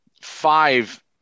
five